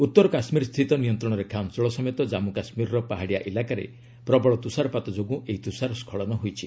ଉତ୍ତର କାଶ୍ମୀର ସ୍ଥିତ ନିୟନ୍ତ୍ରଣରେଖା ଅଞ୍ଚଳ ସମେତ ଜାମ୍ମୁ କାଶ୍ମୀରର ପାହାଡ଼ିଆ ଇଲାକାରେ ପ୍ରବଳ ତୁଷାରପାତ ଯୋଗୁଁ ଏହି ତୁଷାର ସ୍କଳନ ହୋଇଛି